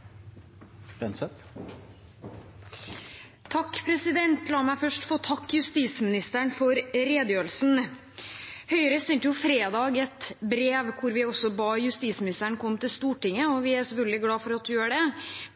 gjeld det. La meg først få takke justisministeren for redegjørelsen. Høyre sendte fredag et brev hvor vi også ba justisministeren komme til Stortinget, og vi er selvfølgelig glad for at hun gjør det.